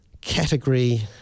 category